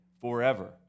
forever